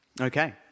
Okay